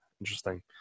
interesting